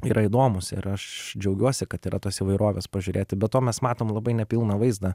yra įdomūs ir aš džiaugiuosi kad yra tos įvairovės pažiūrėti be to mes matom labai nepilną vaizdą